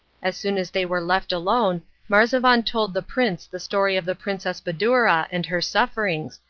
as soon as they were left alone marzavan told the prince the story of the princess badoura and her sufferings,